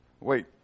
Wait